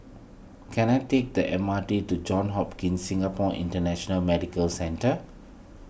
can I take the M R T to Johns Hopkins Singapore International Medical Centre